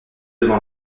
devant